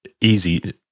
easy